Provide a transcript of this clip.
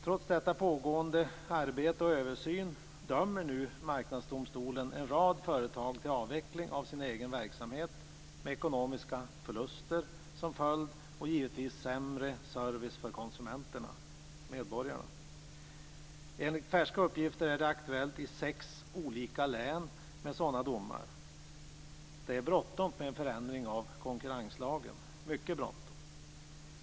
Trots detta pågående arbete och denna översyn dömer nu marknadsdomstolen en rad företag till avveckling av sin egen verksamhet, med ekonomiska förluster som följd och givetvis med sämre service för konsumenterna/medborgarna. Enligt färska uppgifter är det aktuellt med sådana domar i sex olika län. Det är bråttom med en förändring av konkurrenslagen, mycket bråttom.